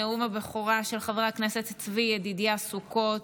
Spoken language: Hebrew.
נאום הבכורה של חבר הכנסת צבי ידידיה סוכות.